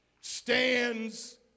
stands